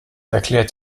erklärt